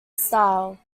style